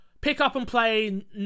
pick-up-and-play